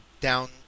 down